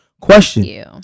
Question